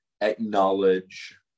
acknowledge